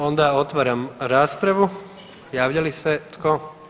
Onda otvaram raspravu, javlja li se tko?